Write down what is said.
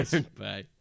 Bye